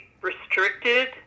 restricted